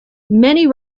many